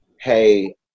hey